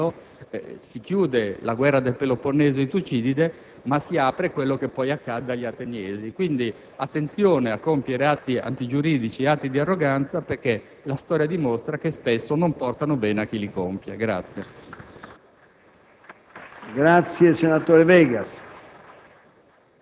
facendo valere esclusivamente il diritto della forza nei confronti degli abitanti dell'isola di Melo, si chiude la guerra del Peloponneso di Tucidide, ma si apre quello che poi accadde agli ateniesi. Quindi, attenzione a compiere atti antigiuridici e di arroganza perché la storia dimostra che spesso non portano bene a chi li compie.